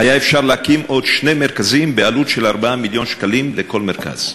היה אפשר להקים עוד שני מרכזים בעלות של 4 מיליון שקלים לכל מרכז.